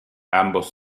ambos